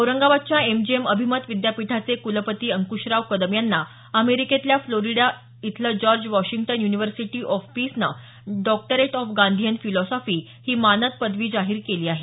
औरंगाबादच्या एमजीएम अभिमत विद्यापीठाचे कुलपती अंकुशराव कदम यांना अमेरिकेतल्या फ्लोरिडा इथल्या जॉर्ज वॉशिंग्टन युनिव्हर्सिटी ऑफ पीसने डॉक्टरेट ऑफ गांधीयन फिलॉसॉफी ही मानद पदवी जाहीर केली आहे